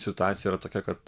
situacija yra tokia kad